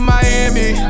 Miami